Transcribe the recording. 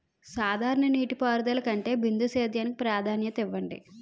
సాధారణ నీటిపారుదల కంటే బిందు సేద్యానికి ప్రాధాన్యత ఇవ్వండి